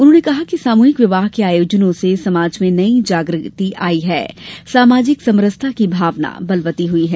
उन्होंने कहा कि सामूहिक विवाह के आयोजनों से समाज में नई जागृति आई है सामाजिक समरसता की भावना बलवती हुई है